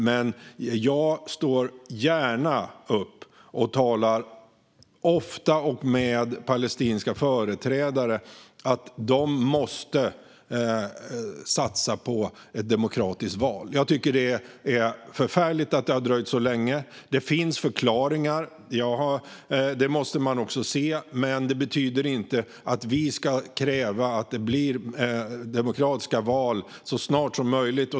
Men jag står gärna och ofta upp och talar med palestinska företrädare om att de måste satsa på ett demokratiskt val. Jag tycker att det är förfärligt att det har dröjt så länge. Det finns förklaringar, vilket man måste se. Men det betyder inte att vi inte ska kräva att det blir demokratiska val så snart som möjligt.